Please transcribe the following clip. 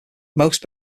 most